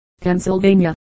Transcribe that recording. Pennsylvania